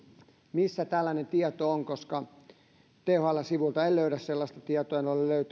missä tällainen tieto on koska thln sivuilta en ole löytänyt sellaista tietoa